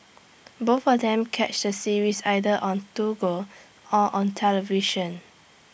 both of them catch the series either on Toggle or on television